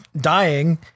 dying